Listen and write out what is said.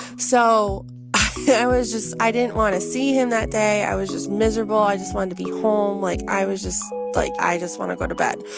so i was just i didn't want to see him that day. i was just miserable. i just wanted to be home. like, i was just like i just want to go to bed.